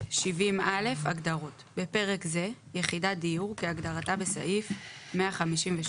הגדרות 70א. בפרק זה "יחידת דיור" כהגדרתה בסעיף 158ו2,